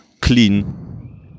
clean